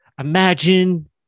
Imagine